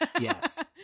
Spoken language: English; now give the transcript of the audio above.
yes